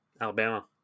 Alabama